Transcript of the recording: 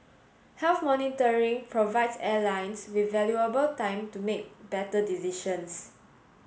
health monitoring provides airlines with valuable time to make better decisions